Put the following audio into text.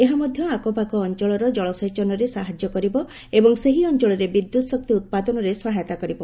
ଏହା ମଧ୍ୟ ଆଖପାଖ ଅଞ୍ଚଳର କଳସେଚନରେ ସାହାଯ୍ୟ କରିବ ଏବଂ ସେହି ଅଞ୍ଚଳରେ ବିଦ୍ୟୁତ୍ ଶକ୍ତି ଉତ୍ପାଦନରେ ସହାୟତା କରିବ